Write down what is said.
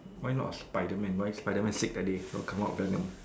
why not a Spiderman why Spiderman sick that day so come out Venom